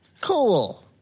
Cool